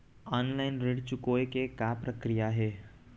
Online ऋण चुकोय के का प्रक्रिया हे?